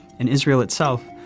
in israel itself,